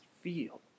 feel